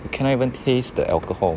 you cannot even taste the alcohol